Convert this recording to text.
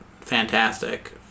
fantastic